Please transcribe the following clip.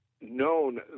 known